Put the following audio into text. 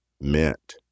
meant